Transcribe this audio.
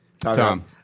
Tom